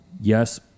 Yes